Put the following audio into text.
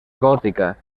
gòtica